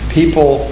people